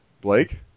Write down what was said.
Blake